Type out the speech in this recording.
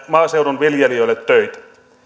maaseudun viljelijöille töitä